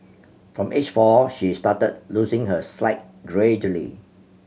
from age four she started losing her slight gradually